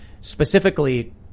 Specifically